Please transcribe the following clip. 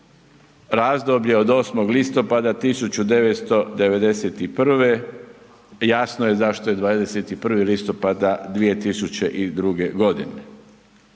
razdoblje od 8. listopada 1991., jasno je zašto je 21. listopada 2002. godine.